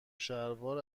شلوار